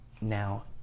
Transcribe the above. Now